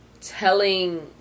telling